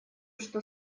что